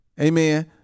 Amen